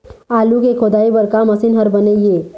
आलू के खोदाई बर का मशीन हर बने ये?